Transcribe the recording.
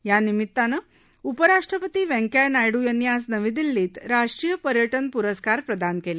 यानिमित्तानं उपराष्ट्रपती व्यंकय्या नायडू यांनी आज नवी दिल्लीत राष्ट्रीय पर्यटन पुरस्कार प्रदान केले